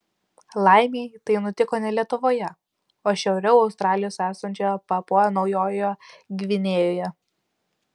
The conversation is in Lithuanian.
laimei tai nutiko ne lietuvoje o šiauriau australijos esančioje papua naujojoje gvinėjoje